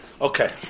Okay